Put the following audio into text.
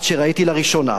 / עד שראיתי לראשונה,